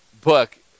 book